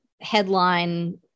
headline